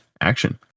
action